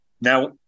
Now